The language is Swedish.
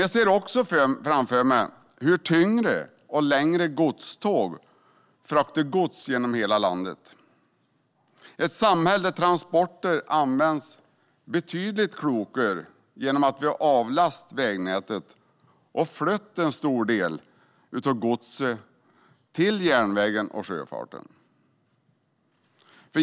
Jag ser också framför mig hur tyngre och längre godståg fraktar gods genom hela landet. Det är ett samhälle där transporter används betydligt klokare genom att vi har avlastat vägnätet och flyttat en stor del av godset till järnvägen och sjöfarten.